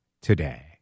today